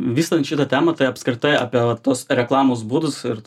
vystant šitą temą tai apskritai apie vat tuos reklamos būdus ir